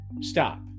Stop